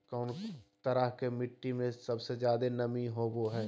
कौन तरह के मिट्टी में सबसे जादे नमी होबो हइ?